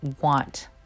want